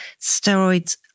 Steroids